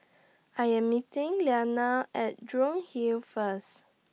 I Am meeting Lyanna At Jurong Hill First